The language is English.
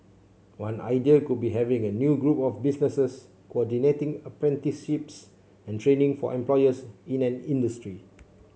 one idea could be having a new group of businesses coordinating apprenticeships and training for employers in an industry